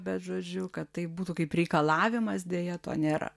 bet žodžiu kad tai būtų kaip reikalavimas deja to nėra